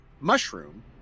mushroom